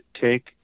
take